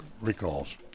recalls